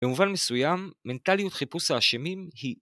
במובן מסוים, מנטליות חיפוש האשמים היא.